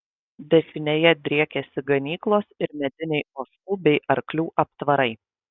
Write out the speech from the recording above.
dešinėje driekėsi ganyklos ir mediniai ožkų bei arklių aptvarai